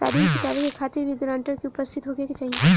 का ऋण चुकावे के खातिर भी ग्रानटर के उपस्थित होखे के चाही?